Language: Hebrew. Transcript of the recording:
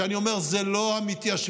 שאני אומר, זה לא המתיישבים,